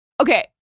Okay